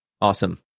Awesome